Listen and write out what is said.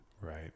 Right